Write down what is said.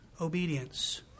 obedience